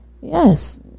Yes